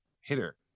hitter